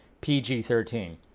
PG-13